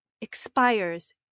Expires